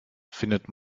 findet